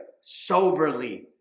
soberly